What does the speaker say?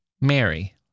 Mary